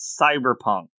Cyberpunk